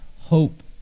hope